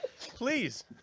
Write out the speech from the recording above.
Please